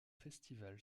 festival